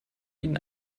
ihnen